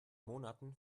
monaten